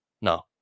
No